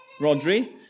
Rodri